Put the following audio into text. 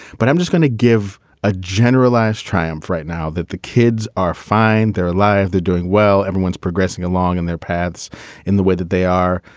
but i'm just gonna give a generalized triumph right now that the kids are fine, they're alive, they're doing well, everyone's progressing along and their paths in the way that they are.